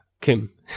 Kim